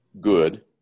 good